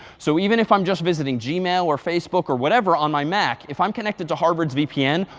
so even if i'm just visiting gmail or facebook or whatever on my mac, if i'm connected to harvard's vpn,